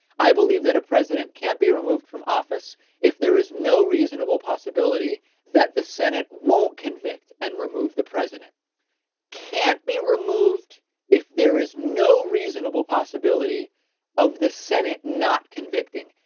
i believe that a president can't be removed from office if there is no reasonable possibility that the senate won't convict and remove the president can't be removed if there is no reasonable possibility of the senate not convicting.